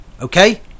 okay